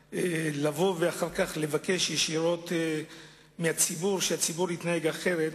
ואחר כך לבקש ישירות מהציבור שהציבור יתנהג אחרת.